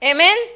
Amen